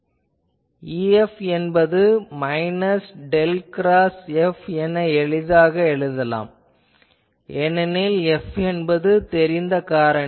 ஆகவே EF என்பது minus del cross F என எளிதாக எழுதலாம் ஏனெனில் F தெரிந்த காரணி